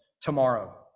tomorrow